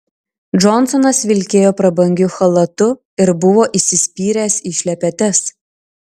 džonsonas vilkėjo prabangiu chalatu ir buvo įsispyręs į šlepetes